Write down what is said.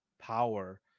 power